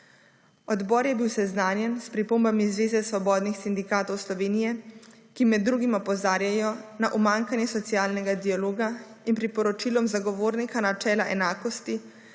Odbor je bil seznanjen s pripombami Zveze svobodnih sindikatov Slovenije, ki med drugim opozarjajo na umanjkanje socialnega dialoga in priporočilom zagovornika načela enakosti,